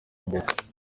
mbere